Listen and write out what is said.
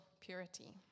purity